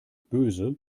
böse